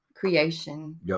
creation